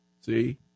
See